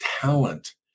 talent